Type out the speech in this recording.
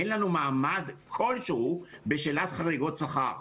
אין לנו מעמד כלשהו בשאלת חריגות שכר.